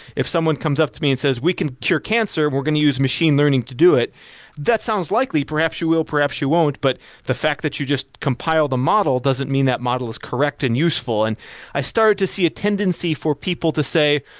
if someone comes up to me and says, we can cure cancer. we're going to use machine learning to do. that sounds likely. perhaps you will, perhaps you won't. but the fact that you just compiled a model doesn't mean that model is correct and useful. and i start to see a tendency for people to say,